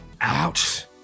out